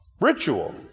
Ritual